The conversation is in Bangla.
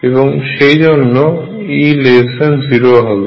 এবং সেই জন্য E 0 হবে